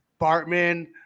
Bartman